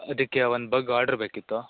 ಅದಕ್ಕೆ ಒಂದು ಬಗ್ ಆರ್ಡ್ರ್ ಬೇಕಿತ್ತು